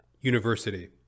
University